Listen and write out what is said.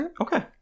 Okay